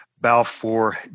Balfour